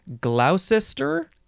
Gloucester